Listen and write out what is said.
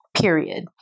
Period